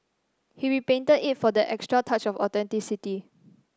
he repainted it if for that extra touch of authenticity